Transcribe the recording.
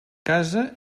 casa